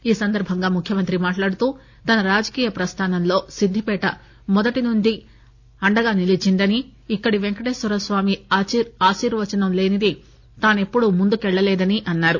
ఈసందర్పంగా ముఖ్యమంత్రి మాట్లాడుతూ తన రాజకీయ ప్రస్తానంలో సిద్దిపేట మొదటి నుండి అండగా నిలీచిందని ఇక్కడి పెంకటేశ్వరస్వామి ఆశీర్వచనం లేనిది తాను ఎప్పుడూ ముందుకు పెళ్ళలేదని అన్నారు